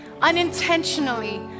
unintentionally